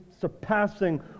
surpassing